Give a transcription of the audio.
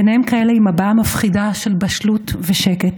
ביניהם כאלה עם הבעה מפחידה של בשלות ושקט.